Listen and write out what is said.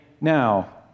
now